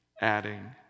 adding